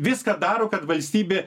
viską daro kad valstybė